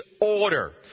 order